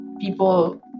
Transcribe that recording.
people